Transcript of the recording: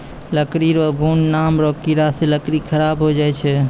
लकड़ी रो घुन नाम रो कीड़ा से लकड़ी खराब होय जाय छै